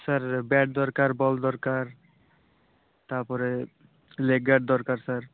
sir bat ଦରକାର ball ଦରକାର ତା'ପରେ ଲେଗଗାର୍ଡ଼ ଦରକାର ସାର୍